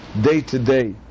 day-to-day